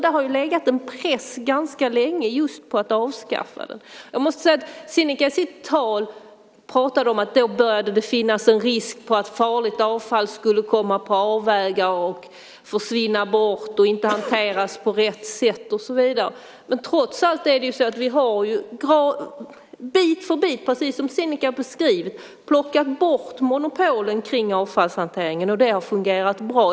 Det har legat en press ganska länge på att avskaffa det. Sinikka pratade i sitt tal om att det kan finnas en risk för att farligt avfall ska komma på avvägar och försvinna och inte hanteras på rätt sätt och så vidare. Vi har bit för bit, precis om Sinikka beskrev, plockat bort monopolen kring avfallshanteringen, och det har fungerat bra.